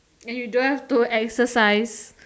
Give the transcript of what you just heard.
and you don't have to exercise